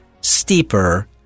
steeper